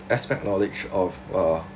aspect knowledge of uh